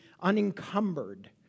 unencumbered